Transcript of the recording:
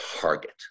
target